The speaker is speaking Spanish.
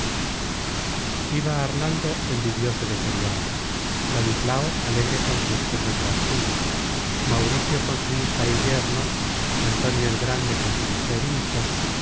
iba arnaldo envidioso de periandro ladislao alegre con su esposa transila mauricio con su hija y yerno antonio el grande con su mujer y hijos